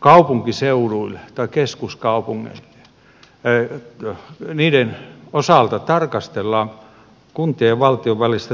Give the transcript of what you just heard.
kaupunkiseutujen tai keskuskaupunkien osalta tarkastellaan kuntien ja valtion välistä tehtävänjakoa